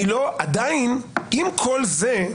עם כל זה,